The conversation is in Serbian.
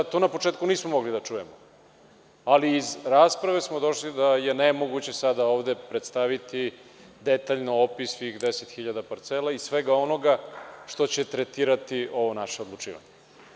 To na početku nismo mogli da čujemo, ali iz rasprave smo došli da je nemoguće sada ovde predstaviti detaljno opis svih 10.000 parcela i svega onoga što će tretirati ovo naše odlučivanje.